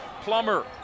Plummer